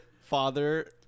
father